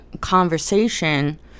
conversation